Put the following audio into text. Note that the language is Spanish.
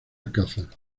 alcázar